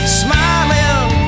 smiling